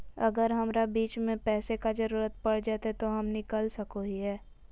अगर हमरा बीच में पैसे का जरूरत पड़ जयते तो हम निकल सको हीये